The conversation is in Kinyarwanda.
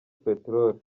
peteroli